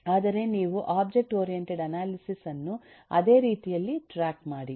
ಆದರೆ ನೀವು object oriented analysis ಅನ್ನು ಅದೇ ರೀತಿಯಲ್ಲಿ ಟ್ರ್ಯಾಕ್ ಮಾಡಿ